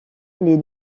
les